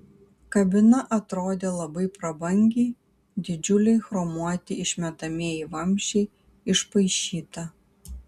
kabina atrodė labai prabangiai didžiuliai chromuoti išmetamieji vamzdžiai išpaišyta